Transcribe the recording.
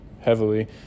heavily